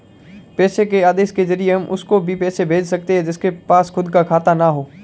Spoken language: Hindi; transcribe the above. पैसे के आदेश के जरिए हम उसको भी पैसे भेज सकते है जिसके पास खुद का खाता ना हो